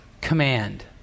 command